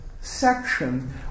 section